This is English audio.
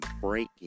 breaking